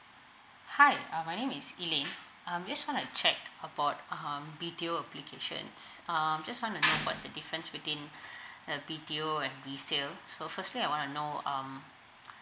hi uh my name is eelin um just want to check about um B_T_O applications um just want to know what's the difference between uh B_T_O and resale so firstly I want to know um